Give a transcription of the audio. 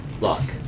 Luck